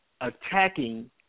attacking